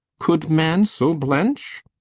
could man so blench?